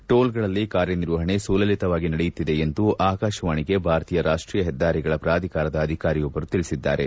ಟೋಲ್ಗಳಲ್ಲಿ ಕಾರ್ಯನಿರ್ವಹಣೆ ಸುಲಲಿತವಾಗಿ ನಡೆಯುತ್ತಿದೆ ಎಂದು ಆಕಾಶವಾಣಿಗೆ ಭಾರತೀಯ ರಾಷ್ಟೀಯ ಹೆದ್ದಾರಿಗಳ ಪ್ರಾಧಿಕಾರದ ಅಧಿಕಾರಿಯೊಬ್ಬರು ತಿಳಿಸಿದ್ದಾರೆ